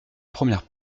première